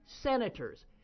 senators